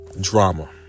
Drama